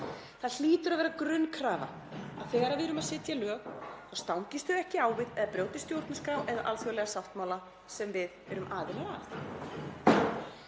Það hlýtur að vera grunnkrafa þegar við erum að setja lög að þau stangist ekki á við eða brjóti stjórnarskrá eða alþjóðlega sáttmála sem við erum aðilar að.